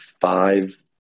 five